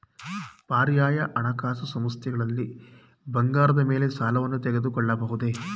ಪರ್ಯಾಯ ಹಣಕಾಸು ಸಂಸ್ಥೆಗಳಲ್ಲಿ ಬಂಗಾರದ ಮೇಲೆ ಸಾಲವನ್ನು ತೆಗೆದುಕೊಳ್ಳಬಹುದೇ?